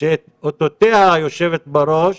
שאת אותותיה, היושבת בראש,